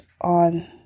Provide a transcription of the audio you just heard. on